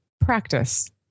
Practice